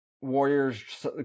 Warriors